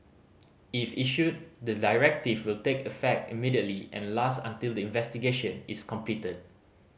if issued the directive will take effect immediately and last until the investigation is completed